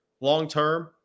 long-term